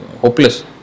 hopeless